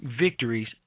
victories